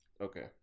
Okay